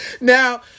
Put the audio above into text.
Now